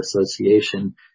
Association